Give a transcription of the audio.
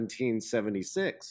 1776